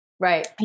Right